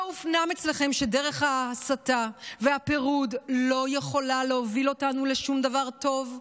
לא הופנם אצלכם שדרך ההסתה והפירוד לא יכולה להוביל אותנו לשום דבר טוב,